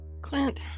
Clint